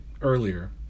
Earlier